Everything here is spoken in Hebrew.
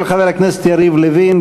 של חבר הכנסת יריב לוין.